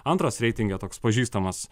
antras reitinge toks pažįstamas